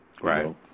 right